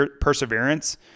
perseverance